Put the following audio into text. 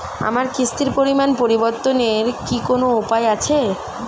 আমার কিস্তির পরিমাণ পরিবর্তনের কি কোনো উপায় আছে?